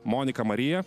monika marija